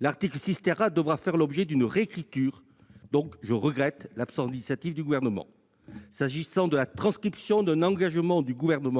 L'article 6 A devra faire l'objet d'une réécriture. C'est pourquoi je regrette l'absence d'initiative du Gouvernement. S'agissant de la transcription d'un engagement pris par lui,